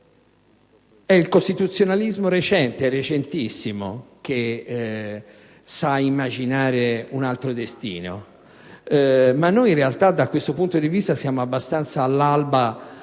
È il costituzionalismo recente, recentissimo, che sa immaginare un altro destino. Ma noi in realtà da questo punto di vista siamo abbastanza all'alba